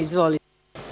Izvolite.